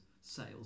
sales